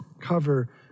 cover